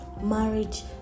marriage